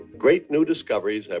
great new discoveries.